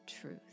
truth